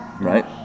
right